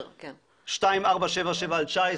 2477/19,